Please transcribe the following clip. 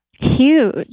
Huge